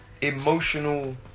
emotional